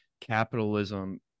capitalism